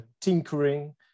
tinkering